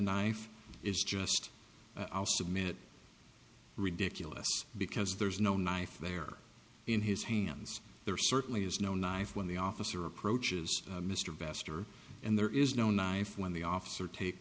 knife is just i'll submit ridiculous because there's no knife there in his hands there certainly is no knife when the officer approaches mr bester and there is no knife when the officer take